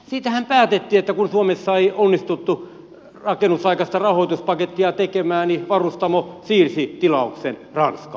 siitähän päätettiin että kun suomessa ei onnistuttu rakennusaikaista rahoituspakettia tekemään niin varustamo siirsi tilauksen ranskaan